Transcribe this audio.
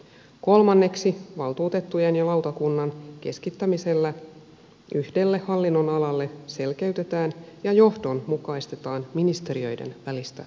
kolmanneksi valtuutettujen ja lautakunnan keskittämisellä yhdelle hallinnonalalle selkeytetään ja johdonmukaistetaan ministeriöiden välistä työnjakoa